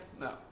no